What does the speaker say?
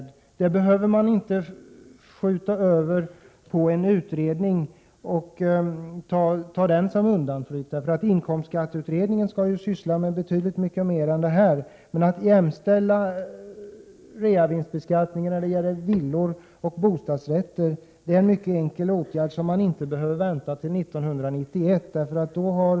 Den frågan behöver vi inte skjuta in i en utredning som skall användas som undanflykt. Inkomstskatteutredningen skall ju syssla med betydligt mycket mer än detta. Att jämställa reavinstbeskattningen när det gäller villor och bostadsrätter är en mycket enkel åtgärd, som man inte behöver vänta till 1991 för att genomföra.